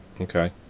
Okay